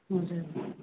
हजुर